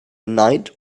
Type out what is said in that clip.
night